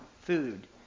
food